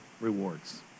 rewards